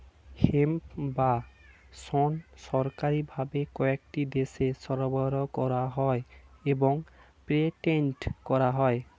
hemp বা শণ সরকারি ভাবে কয়েকটি দেশে সরবরাহ করা হয় এবং পেটেন্ট করা হয়